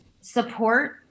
support